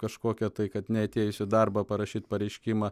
kažkokio tai kad neatėjus į darbą parašyti pareiškimą